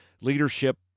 leadership